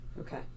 Okay